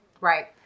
Right